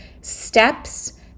steps